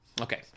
Okay